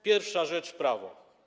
Pierwsza rzecz: prawo.